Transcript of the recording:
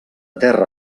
terra